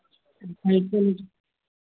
high quality